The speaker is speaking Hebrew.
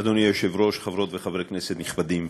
אדוני היושב-ראש, חברות וחברי כנסת נכבדים,